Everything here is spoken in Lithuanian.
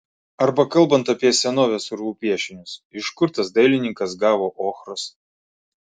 arba kalbant apie senovės urvų piešinius iš kur tas dailininkas gavo ochros